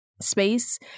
space